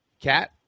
Cat